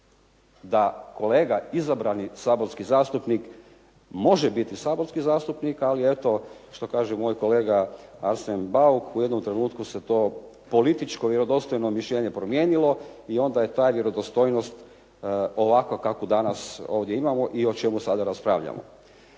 da kolega izabrani saborski zastupnik može biti saborski zastupnik, ali eto što kaže moj kolega Arsen Bauk u jednom trenutku se to političko vjerodostojno mišljenje promijenilo i onda je ta vjerodostojnost ovakva kakvu danas ovdje imamo i o čemu sada raspravljamo.